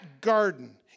garden